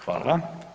Hvala.